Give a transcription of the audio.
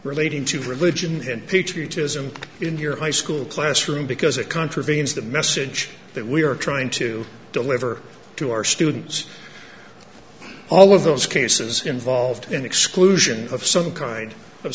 relating to religion and patriotism in your high school classroom because it contravenes the message that we are trying to deliver to our students all of those cases involved in exclusion of some kind of